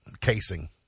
casing